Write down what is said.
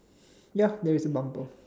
ya there is a bumper